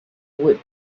would